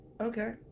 Okay